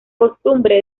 costumbre